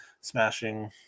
smashing